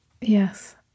Yes